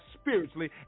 spiritually